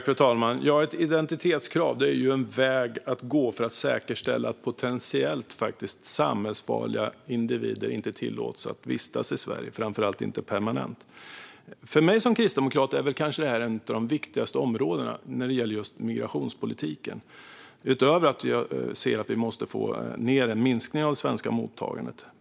Fru talman! Ett identitetskrav är en väg att gå för att säkerställa att potentiellt samhällsfarliga individer inte tillåts att vistas i Sverige, framför allt inte permanent. För mig som kristdemokrat är detta ett av de viktigaste områdena inom migrationspolitiken utöver att jag ser att vi måste få en minskning av det svenska mottagandet.